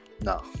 no